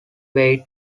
weight